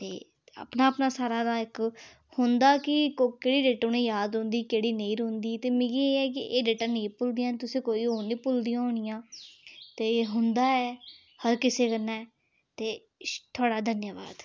अपना अपना सारें दा इक होंदा कि कोह्की डेट उनें ई याद होंदी केह्ड़ी नेईं रौंह्दी ते मिगी एह् ऐ कि एह् डेटां नेईं भुलदियां तुसें ई कोई होर निं भुलदियां होनियां ते एह् होंदा ऐ हर कुसै कन्नै ते थुआढ़ा धन्नवाद